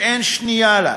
שאין שנייה לה,